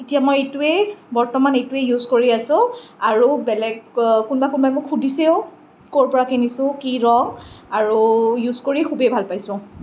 এতিয়া মই এইটোৱেই বৰ্তমান এইটোৱেই ইউজ কৰি আছো আৰু বেলেগ কোনোবা কোনোবাই মোক শুধিছেও ক'ৰপৰা কিনিছো কি ৰং আৰু ইউজ কৰি খুবেই ভাল পাইছোঁ